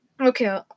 Okay